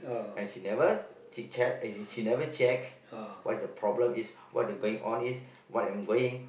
and she never she never check what's the problem is what the going on is what I'm doing